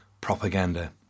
propaganda